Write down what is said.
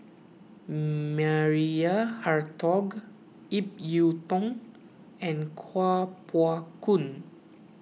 Maria Hertogh Ip Yiu Tung and Kuo Pao Kun